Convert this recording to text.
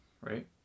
right